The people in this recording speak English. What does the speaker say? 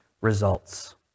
results